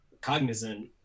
Cognizant